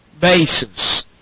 basis